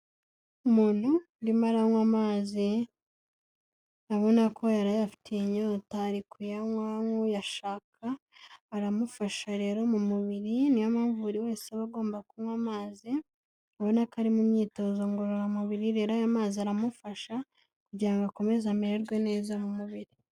Umuntu urimo aranywa amazi, urabona ko yari ayafitiye inyota ari kuyanywa nk'uyashaka, aramufasha rero mu mubiri ni yo mpamvu buri wese aba agomba kunywa amazi, urabona ko ari mu myitozo ngororamubiri, rero amazi aramufasha kugira ngo akomeze amererwe neza mu mubiri.